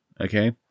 okay